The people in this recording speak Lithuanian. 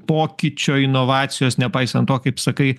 pokyčio inovacijos nepaisant to kaip sakai